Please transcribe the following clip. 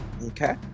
Okay